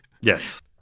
Yes